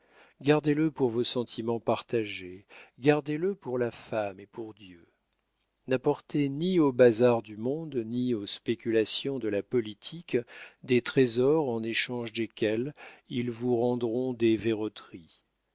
gardez-le pour vos sentiments partagés gardez-le pour la femme et pour dieu n'apportez ni au bazar du monde ni aux spéculations de la politique des trésors en échange desquels ils vous rendront des verroteries